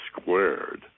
squared